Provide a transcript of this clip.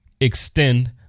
Extend